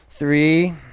three